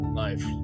life